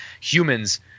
humans